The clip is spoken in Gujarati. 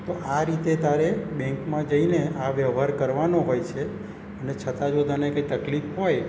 તો આ રીતે તારે બેન્કમાં જઈને આ વ્યવહાર કરવાનો હોય છે અને છતાં જો તને કંઈ તકલીફ હોય